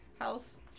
house